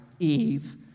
Eve